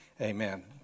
Amen